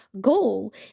goal